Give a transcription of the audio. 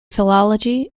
philology